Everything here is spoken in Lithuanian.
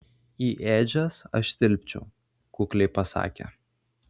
į ėdžias aš tilpčiau kukliai pasakė